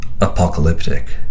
apocalyptic